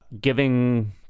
Giving